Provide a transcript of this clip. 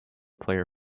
player